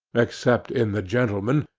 except in the gentleman,